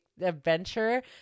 Adventure